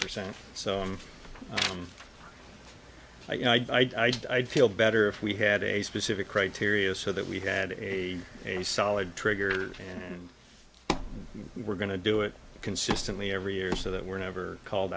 percent so i said i'd feel better if we had a specific criteria so that we had a a solid trigger and we're going to do it consistently every year so that we're never called